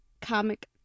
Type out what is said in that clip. comic